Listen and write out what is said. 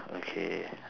okay